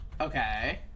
Okay